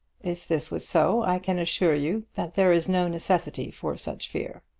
if this was so, i can assure you that there is no necessity for such fear.